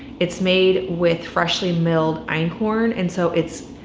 it's made with freshly milled einkorn and so it's,